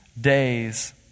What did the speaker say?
days